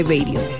Radio